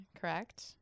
correct